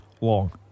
long